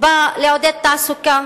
בא לעודד תעסוקה,